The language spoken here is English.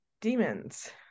demons